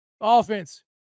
offense